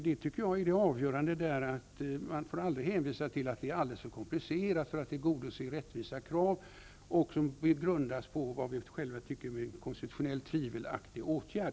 Det avgörande är då enligt min mening att man aldrig får hänvisa till att det är alldeles för komplicerat att tillgodose rättvisa krav, som dessutom grundas på vad vi själva anser vara en konstitutionellt tvivelaktig åtgärd.